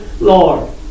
Lord